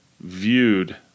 viewed